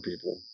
people